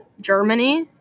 Germany